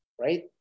right